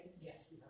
yes